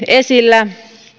esillä